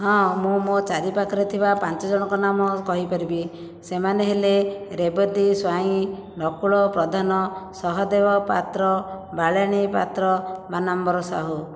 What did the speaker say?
ହଁ ମୁଁ ମୋ ଚାରି ପାଖରେ ଥିବା ପାଞ୍ଚ ଜଣଙ୍କ ନାମ କହି ପାରିବି ସେମାନେ ହେଲେ ରେବତୀ ସ୍ୱାଇଁ ନକୁଳ ପ୍ରଧାନ ସହଦେବ ପାତ୍ର ବାଳେଣି ପାତ୍ର ବାନାମ୍ବର ସାହୁ